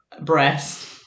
breast